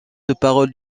drapeau